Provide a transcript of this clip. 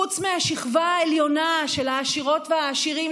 חוץ מהשכבה העליונה של העשירות והעשירים,